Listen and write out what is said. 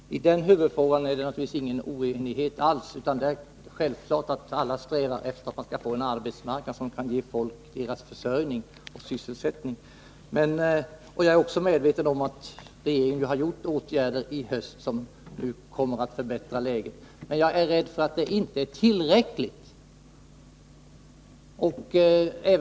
Herr talman! I den huvudfrågan är det naturligtvis ingen oenighet alls, utan det är självklart att alla strävar efter att få en arbetsmarknad som kan ge folk deras försörjning. Jag är också medveten om att regeringen har vidtagit åtgärder i höst som kommer att förbättra läget, men jag är rädd för att det inte är tillräckligt.